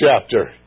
chapter